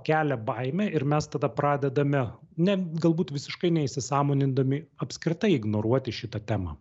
kelia baimę ir mes tada pradedame ne galbūt visiškai neįsisąmonindami apskritai ignoruoti šitą temą